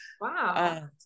Wow